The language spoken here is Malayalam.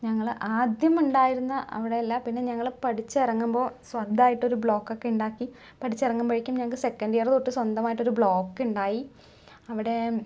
ഞങ്ങള് ആദ്യമുണ്ടായിരുന്ന അവിടെയല്ല പിന്നെ ഞങ്ങള് പഠിച്ചിറങ്ങുമ്പോൾ സ്വന്തമായിട്ടൊരു ബ്ലോക്കൊക്കെയുണ്ടാക്കി പഠിച്ചിറങ്ങുമ്പഴേക്കും ഞങ്ങൾക്ക് സെക്കന്റിയറ് തൊട്ട് ഞങ്ങൾക്ക് സ്വന്തമായിട്ടൊരു ബ്ലോക്കുണ്ടായി അവിടെ